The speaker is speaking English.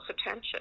attention